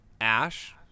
Ash